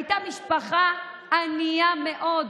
הייתה משפחה ענייה מאוד,